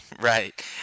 Right